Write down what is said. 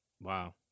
Wow